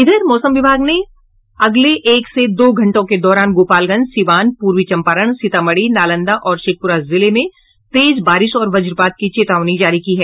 इधर मौसम विभाग ने अगले एक से दो घंटों के दौरान गोपालगंज सीवान पूर्वी चम्पारण सीतामढ़ी नालंदा और शेखपुरा जिले में तेज बारिश और वज्रपात की चेतावनी जारी की है